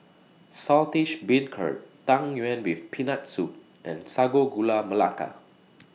Saltish Beancurd Tang Yuen with Peanut Soup and Sago Gula Melaka